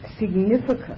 significant